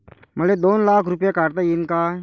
मले दोन लाख रूपे काढता येईन काय?